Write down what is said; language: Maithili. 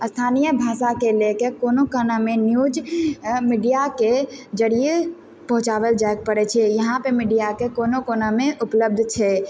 स्थानीय भाषाके लएके कोनो कोनामे न्यूज मीडियाके जरिये पहुँचाबल जाइके पड़य छै यहाँ पर मीडियाके कोनो कोनामे उपलब्ध छै